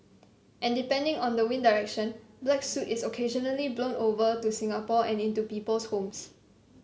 and depending on the wind direction black soot is occasionally blown over to Singapore and into people's homes